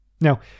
Now